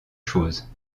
choses